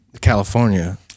California